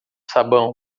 sabão